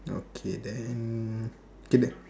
okay then K next